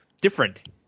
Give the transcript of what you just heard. different